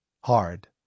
hard